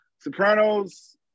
Sopranos